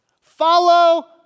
Follow